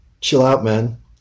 chill-out-man